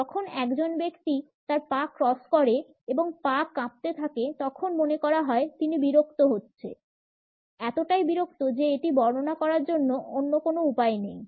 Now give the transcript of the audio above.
যখন একজন ব্যক্তি তার পা ক্রস করে এবং পা কাঁপতে থাকে তখন মনে করা হয় তারা বিরক্ত হচ্ছে এতটাই বিরক্ত যে এটি বর্ণনা করার অন্য কোন উপায় নেই